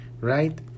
right